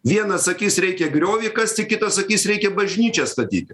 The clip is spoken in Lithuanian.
vienas sakys reikia griovį kasti kitas sakys reikia bažnyčią statyti